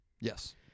Yes